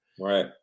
Right